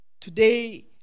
Today